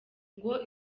ngo